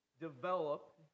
develop